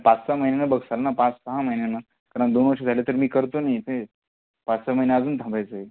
पाच सहा महिन्यानं बघशाल ना पाच सहा महिन्यानं कारण दोन वर्षं झाले तरी मी करतोय ना इथे पाच सहा महिने अजून थांबायचं आहे